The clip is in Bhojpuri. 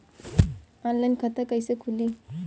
ऑनलाइन खाता कईसे खुलि?